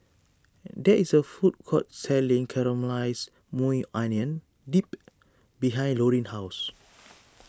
there is a food court selling Caramelized Maui Onion Dip behind Lorin's house